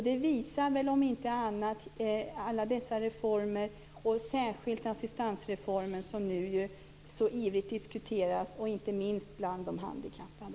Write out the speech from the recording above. Det visar väl om inte annat alla dessa reformer och särskilt assistansreformen som nu så ivrigt diskuteras, inte minst bland de handikappade.